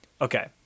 okay